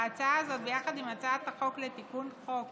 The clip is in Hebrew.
ההצעה הזאת, יחד עם הצעת החוק לתיקון חוק